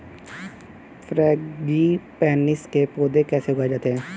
Frangipanis के पौधे कैसे उगाए जाते हैं?